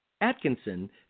atkinson